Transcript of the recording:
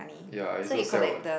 ya I also sell what